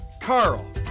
Carl